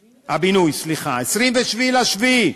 הבינוי, סליחה, 27 ביולי,